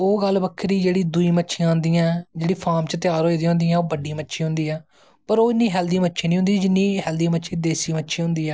ओह् गल्ल बक्खरी ऐ जेह्ड़ी दूई मच्छियां आंदियां ऐं जेह्ड़ी फार्म च त्यार होई दी होंदी ऐ ओह् बड्डी मच्छी होंदी ऐ पर ओह् इन्नी हैल्दी मच्छी नी होंदी ऐ जिन्नी हैल्दी मच्छी होंदी ऐ